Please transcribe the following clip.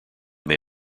may